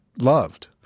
loved